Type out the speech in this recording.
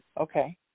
okay